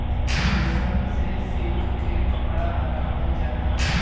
रेशम से सिल्क के कपड़ा बनावल जाला